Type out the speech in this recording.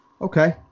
Okay